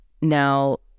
Now